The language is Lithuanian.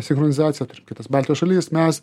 sinchronizacija turim kitas baltijos šalis mes